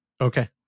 Okay